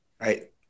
right